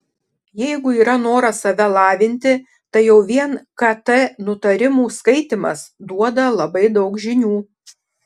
jeigu yra noras save lavinti tai jau vien kt nutarimų skaitymas duoda labai daug žinių